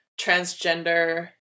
transgender